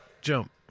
jump